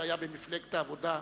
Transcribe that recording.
שהיה במפלגת העבודה,